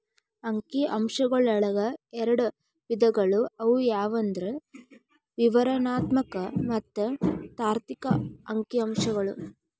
ಅಂಕಿ ಅಂಶಗಳೊಳಗ ಎರಡ್ ವಿಧಗಳು ಅವು ಯಾವಂದ್ರ ವಿವರಣಾತ್ಮಕ ಮತ್ತ ತಾರ್ಕಿಕ ಅಂಕಿಅಂಶಗಳು